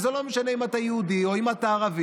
וזה לא משנה אם אתה יהודי או אם אתה ערבי,